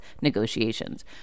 negotiations